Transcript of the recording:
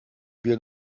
wir